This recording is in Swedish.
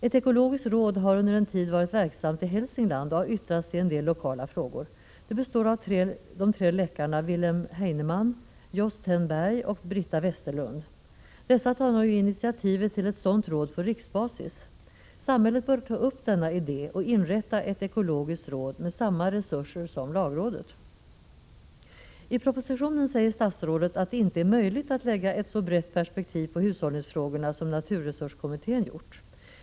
Ett ekologiskt råd har under en tid varit verksamt i Hälsingland och har yttrat sig i en del lokala frågor. Det består av de tre läkarna Wilhelm Heinemann, Jos ten Berg och Britta Westerlund. Dessa tar nu initiativet till ett sådant råd på riksbasis. Samhället bör ta upp denna idé och inrätta ett ekologiskt råd med samma resurser som lagrådet. I propositionen säger statsrådet att det inte är möjligt att lägga ett så brett perspektiv på hushållningsfrågorna som naturresurskommittén gjort.